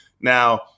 Now